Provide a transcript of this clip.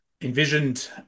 envisioned